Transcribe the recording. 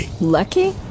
Lucky